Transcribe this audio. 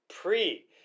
pre